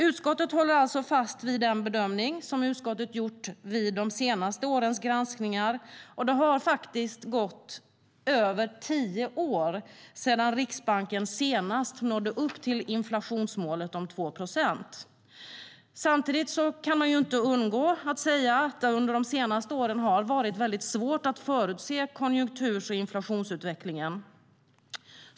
Utskottet håller alltså fast vid den bedömning som utskottet gjort vid de senaste årens granskningar. Det har gått över tio år sedan Riksbanken senast nådde upp till inflationsmålet om 2 procent. Samtidigt kan man inte undgå att säga att det under de senaste åren varit väldigt svårt att förutse konjunktur och inflationsutvecklingen.